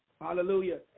Hallelujah